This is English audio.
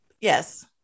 yes